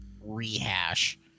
rehash